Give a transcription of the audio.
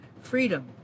freedom